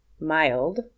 mild